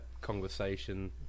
conversation